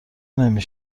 نمی